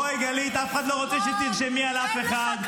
בואי, גלית, אף אחד לא רוצה שתרשמי על אף אחד.